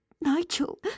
Nigel